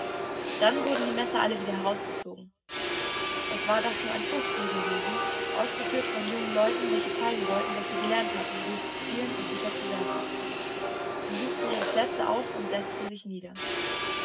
dann wurden die messer alle wieder herausgezogen es war das nur ein vorspiel gewesen ausgeführt von jungen leuten welche zeigen sollten daß sie gelernt hatten ruhig zu zielen und sicher zu werfen sie suchten ihre plätze auf und setzten sich nieder